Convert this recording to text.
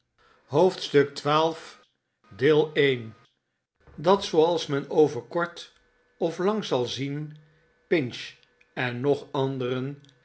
dat zooals men over kort of lang zal zien r pinch en nog anderen